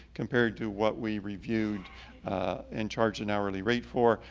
compared to what we reviewed and charged an hourly rate for,